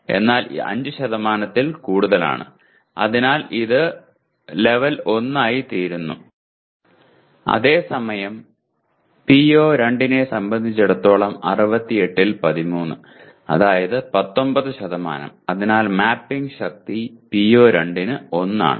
എന്നാൽ ഇത് 5 ൽ കൂടുതലാണ് അതിനാൽ ഇത് 1 ആയിത്തീരുന്നു അതേസമയം PO2 നെ സംബന്ധിച്ചിടത്തോളം 68 ൽ 13 അതായത് 19 അതിനാൽ മാപ്പിംഗ് ശക്തി PO2 ന് 1 ആണ്